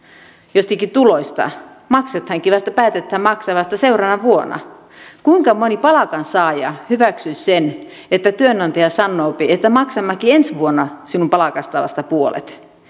joistakin tuloista maksetaankin päätetään maksaa vasta seuraavana vuonna kuinka moni palkansaaja hyväksyisi sen että työnantaja sanoo että maksammekin vasta ensi vuonna sinun palkastasi puolet